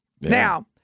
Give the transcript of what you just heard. Now